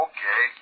Okay